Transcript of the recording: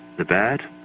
the bad?